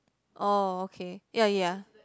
oh okay ya ya